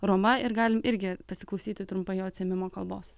roma ir galim irgi pasiklausyti trumpai jo atsiėmimo kalbos